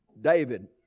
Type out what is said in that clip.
david